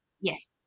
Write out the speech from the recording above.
Yes